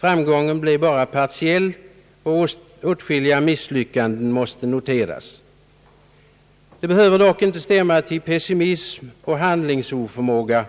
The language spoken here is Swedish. Framgången blev bara partiell, och åtskilliga misslyckanden måste noteras. Det behöver dock inte stämma till pessimism och handlingsoförmåga.